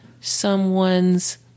someone's